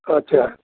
আচ্চা